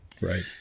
right